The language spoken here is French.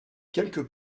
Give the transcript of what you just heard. quelques